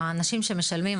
האנשים שמשלמים,